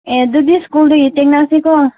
ꯑꯦ ꯑꯗꯨꯗꯤ ꯁ꯭ꯀꯨꯜꯗꯒꯤ ꯊꯦꯡꯅꯁꯤꯀꯣ